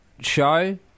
show